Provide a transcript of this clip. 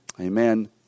Amen